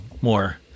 more